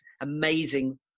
amazing